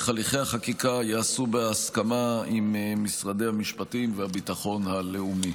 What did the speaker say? הליכי החקיקה ייעשו בהסכמה עם משרדי המשפטים והביטחון הלאומי.